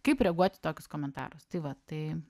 kaip reaguoti į tokius komentarus tai vat tai